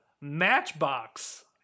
Matchbox